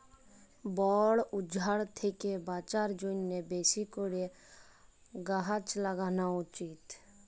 বল উজাড় থ্যাকে বাঁচার জ্যনহে বেশি ক্যরে গাহাচ ল্যাগালো উচিত